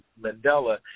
Mandela